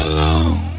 Alone